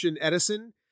edison